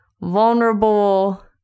vulnerable